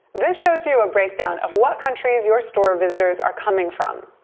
this shows you a breakdown of what countries your store visitors are coming from.